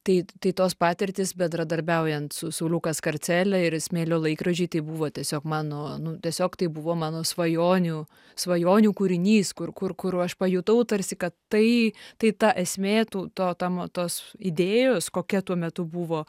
tai tai tos patirtys bendradarbiaujant su su liuka skarcele ir smėlio laikrodžiai tai buvo tiesiog mano nu tiesiog tai buvo mano svajonių svajonių kūrinys kur kur kur aš pajutau tarsi kad tai tai ta esmė tu to tam tos idėjos kokia tuo metu buvo